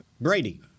Brady